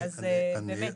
אז באמת,